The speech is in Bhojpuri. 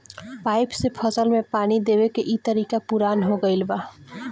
पाइप से फसल में पानी देवे के इ तरीका पुरान हो गईल बा